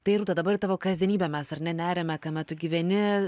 tai rūta dabar į tavo kasdienybę mes ar ne neriame ar ne kame tu gyveni